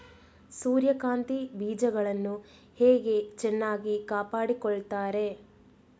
ಸೂರ್ಯಕಾಂತಿ ಬೀಜಗಳನ್ನು ಹೇಗೆ ಚೆನ್ನಾಗಿ ಕಾಪಾಡಿಕೊಳ್ತಾರೆ?